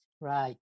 Right